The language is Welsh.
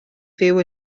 fyw